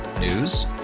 News